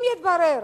אם יתברר